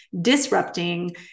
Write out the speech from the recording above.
disrupting